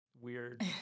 weird